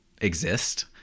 exist